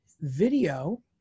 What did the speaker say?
video